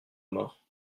mort